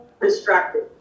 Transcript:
distracted